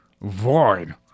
void